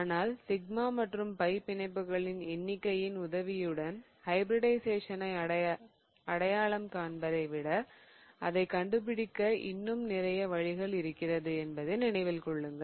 ஆனால் சிக்மா மற்றும் பை பிணைப்புகளின் எண்ணிக்கையின் உதவியுடன் ஹைபிரிடிஷயேசனை அடையாளம் காண்பதை விட அதை கண்டுபிடிக்க இன்னும் நிறைய வழிகள் இருக்கிறது என்பதை நினைவில் கொள்ளுங்கள்